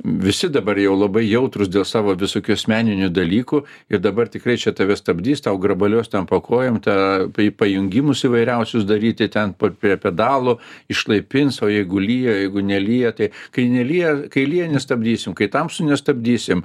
visi dabar jau labai jautrūs dėl savo visokių asmeninių dalykų ir dabar tikrai čia tave stabdys tau grabalios ten po kojom tą pa pajungimus įvairiausius daryti ten prie pedalų išlaipins o jeigu lyja jeigu nelyja tai kai nelyja kai lyja nestabdysim kai tamsu nestabdysim